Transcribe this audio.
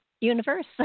universe